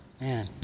man